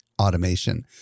automation